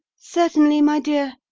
certainly, my dear,